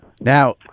Now